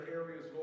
areas